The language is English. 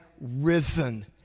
risen